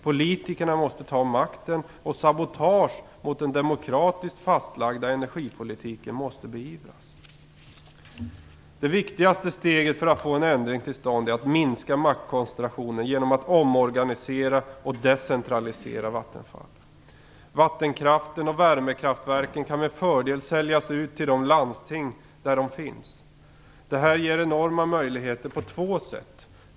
Politikerna måste ta makten och sabotage mot den demokratiskt fastlagda energipolitiken måste beivras. Det viktigaste steget för att få en ändring till stånd är att minska maktkoncentrationen genom att omorganisera och decentralisera Vattenfall. Vattenkraften och värmekraftverken kan med fördel säljas ut till de landsting där de finns. Detta ger enorma möjligheter på två sätt.